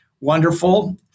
wonderful